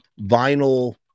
vinyl